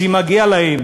שמגיע להם